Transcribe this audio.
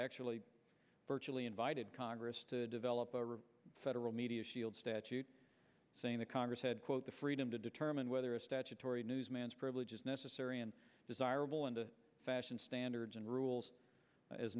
actually virtually invited congress to develop a federal media shield statute saying the congress had quote the freedom to determine whether a statutory newsman's privilege is necessary and desirable in the fashion standards and rules as